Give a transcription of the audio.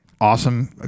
Awesome